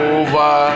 over